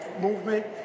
movement